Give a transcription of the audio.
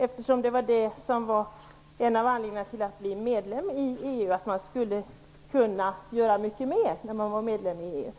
En av anledningarna till att Sverige skulle bli medlem i EU var ju att man skulle kunna göra mycket mer. Nu kunde man inte göra så mycket